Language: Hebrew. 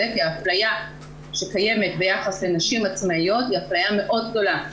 כי האפליה שקיימת ביחס לנשים עצמאיות היא אפליה מאוד גדולה.